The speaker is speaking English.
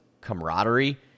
camaraderie